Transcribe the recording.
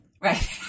Right